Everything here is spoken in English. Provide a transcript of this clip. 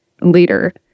later